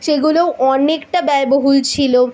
সেগুলোও অনেকটা ব্যয়বহুল ছিল